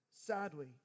sadly